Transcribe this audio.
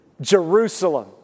Jerusalem